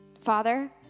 Father